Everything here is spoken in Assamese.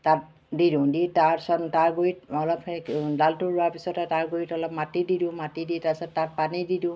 তাত দি দিওঁ দি তাৰপিছত তাৰ গুড়িত অলপ ডালটো ৰোৱাৰ পাছতে তাৰ গুড়িত অলপ মাটি দি দিওঁ মাটি দি তাৰপিছত তাত পানী দি দিওঁ